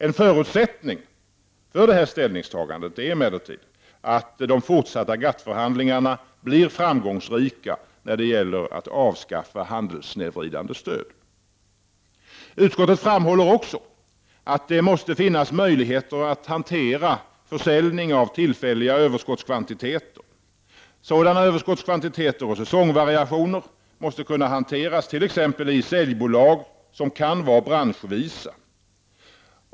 En förutsättning för detta ställningstagande är emellertid att de fortsatta GATT-förhandlingarna blir framgångsrika när det gäller avskaffandet av handelssnedvridande stöd. Utskottet framhåller också att det måste finnas möjligheter att hantera försäljning av tillfälliga överskottskvantiteter. Sådana överskottskvantiteter och säsongsvariationer måste kunna hanteras exempelvis i säljbolag, som kan vara branschvisa.